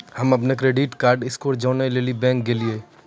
हम्म अपनो credit card score जानै लेली बैंक गेलियै